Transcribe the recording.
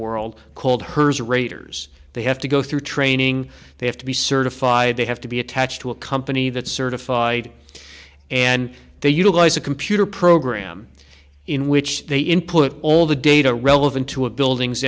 world called hers raters they have to go through training they have to be certified they have to be attached to a company that certified and they utilize a computer program in which they input all the data relevant to a building